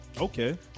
Okay